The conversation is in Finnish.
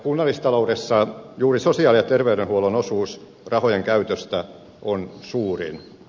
kunnallistaloudessa juuri sosiaali ja terveydenhuollon osuus rahojen käytöstä on suurin